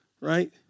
Right